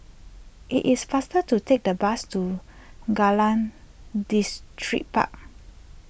it is faster to take the bus to Kallang Distripark